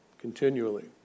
continually